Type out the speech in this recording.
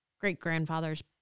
great-grandfather's